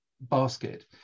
basket